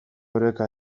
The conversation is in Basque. oreka